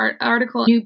article